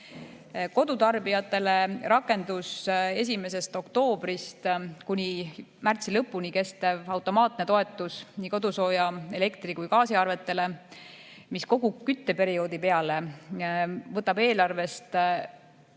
Kodutarbijatele rakendus 1. oktoobrist kuni märtsi lõpuni kestev automaatne toetus nii kodusooja-, elektri- kui gaasiarvetele, mis kogu kütteperioodi peale võtab eelarvestca200